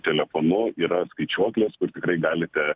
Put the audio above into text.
telefonu yra skaičiuoklės kur tikrai galite